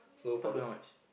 pass by how much